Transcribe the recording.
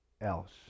else